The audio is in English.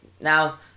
now